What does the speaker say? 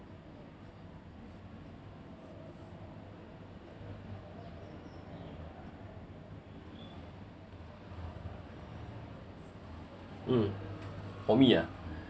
mm for me ah